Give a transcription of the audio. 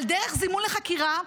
על דרך זימון לחקירה,